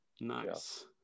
nice